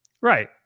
Right